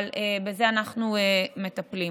אבל בזה אנחנו מטפלים.